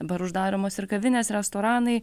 dabar uždaromos ir kavinės restoranai